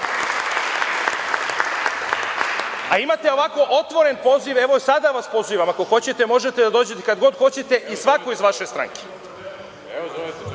Imate ovako otvoren poziv, evo sada vas pozivam. Ako hoćete možete da dođete kad god hoćete i svako iz vaše stranke. Što se